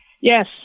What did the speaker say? Yes